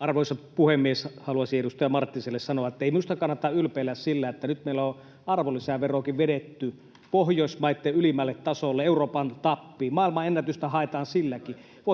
Arvoisa puhemies! Haluaisin edustaja Marttiselle sanoa, ettei minusta kannata ylpeillä sillä, että nyt meillä on arvonlisäverokin vedetty Pohjoismaitten ylimmälle tasolle, Euroopan tappiin, maailmanennätystä haetaan silläkin. [Matias Marttisen välihuuto]